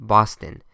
Boston